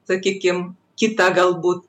sakykim kitą galbūt